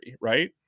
Right